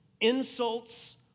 insults